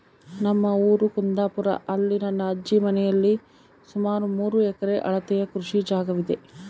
ನಮ್ಮ ಊರು ಕುಂದಾಪುರ, ಅಲ್ಲಿ ನನ್ನ ಅಜ್ಜಿ ಮನೆಯಲ್ಲಿ ಸುಮಾರು ಮೂರು ಎಕರೆ ಅಳತೆಯ ಕೃಷಿ ಜಾಗವಿದೆ